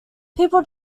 people